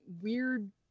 weird